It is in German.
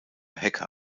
hecker